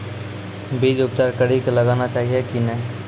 बीज उपचार कड़ी कऽ लगाना चाहिए कि नैय?